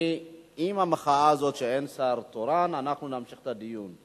עם המחאה הזאת שאין שר תורן אנחנו נמשיך את הדיון.